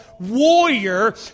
warrior